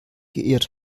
geirrt